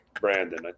Brandon